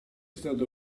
stato